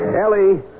Ellie